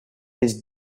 his